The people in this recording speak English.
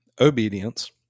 obedience